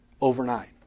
overnight